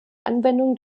anwendung